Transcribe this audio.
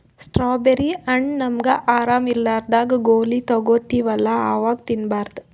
strawberry ಹಣ್ಣ್ ನಮ್ಗ್ ಆರಾಮ್ ಇರ್ಲಾರ್ದಾಗ್ ಗೋಲಿ ತಗೋತಿವಲ್ಲಾ ಅವಾಗ್ ತಿನ್ಬಾರ್ದು